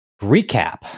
recap